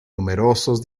numerosos